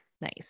Nice